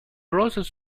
roses